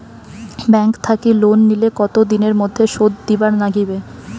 Bank থাকি loan নিলে কতো দিনের মধ্যে শোধ দিবার নাগিবে?